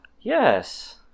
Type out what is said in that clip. yes